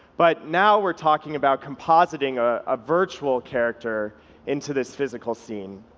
but now we're talking about compositing a ah virtual character into this physical scene,